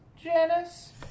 Janice